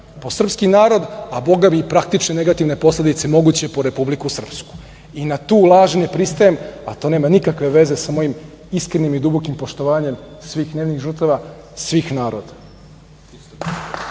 po srpski narod, a bogami i praktične negativne posledice moguće po Republiku Srpsku i na tu laž ne pristajem, a to nema nikakve veze sa mojim iskrenim i dubokim poštovanjem svih nevinih žrtava svih naroda.